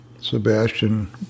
Sebastian